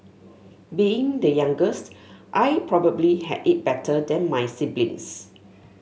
being the youngest I probably had it better than my siblings